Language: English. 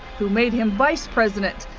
who made him vice president,